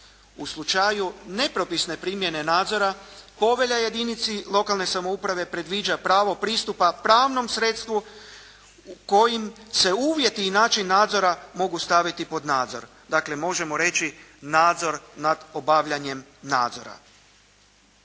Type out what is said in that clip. U slučaju nepropisne primjene nadzora Povelja jedinici lokalne samouprave predviđa pravo pristupa pravnom sredstvu kojim se uvjeti i način nadzora mogu staviti pod nadzor. Dakle, možemo reći nadzor nad obavljanjem nadzora.